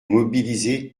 mobiliser